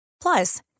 plus